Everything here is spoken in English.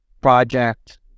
project